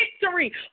victory